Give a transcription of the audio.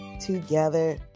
together